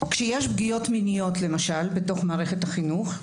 כשיש פגיעות מיניות, למשל, בתוך מערכת החינוך,